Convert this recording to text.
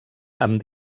amb